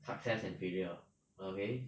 success and failure okay